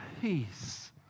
Peace